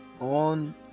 on